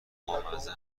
بامزه